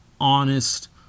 honest